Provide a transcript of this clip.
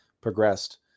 progressed